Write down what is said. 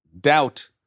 doubt